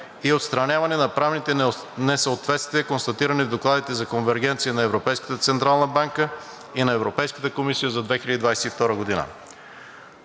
и отстраняване на правните несъответствия, констатирани в докладите за конвергенция на Европейската централна банка и на Европейската комисия за 2022 г.